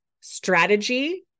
strategy